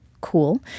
cool